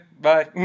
Bye